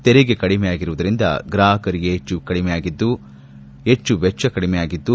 ತೆರಿಗೆ ಕಡಿಮೆಯಾಗಿರುವುದರಿಂದ ಗ್ರಾಪಕರಿಗೆ ವೆಚ್ಚ ಕಡಿಮೆಯಾಗಿದ್ದು